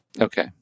Okay